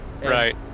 Right